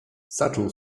zaczął